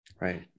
Right